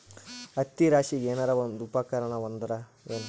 ಹತ್ತಿ ರಾಶಿಗಿ ಏನಾರು ಉಪಕರಣ ಬಂದದ ಏನು?